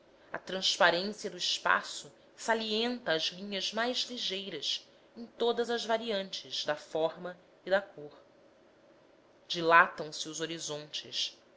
a transparência do espaço salienta as linhas mais ligeiras em todas as variantes da forma e da cor dilatam se os horizontes